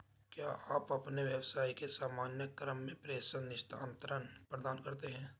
क्या आप अपने व्यवसाय के सामान्य क्रम में प्रेषण स्थानान्तरण प्रदान करते हैं?